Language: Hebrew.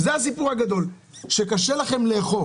הסיפור הגדול הוא שקשה לכם לעשות